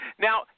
Now